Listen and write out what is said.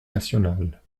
nationale